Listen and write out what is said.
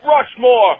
Rushmore